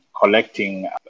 collecting